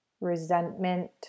resentment